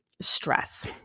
stress